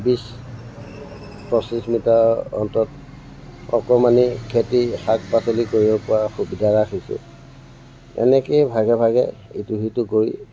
বিছ পঁচিছ মিটাৰ অন্তত অকমাণি খেতি শাক পাচলি কৰিব পৰা সুবিধা ৰাখিছোঁ এনেকেই ভাগে ভাগে ইটো সিটো কৰি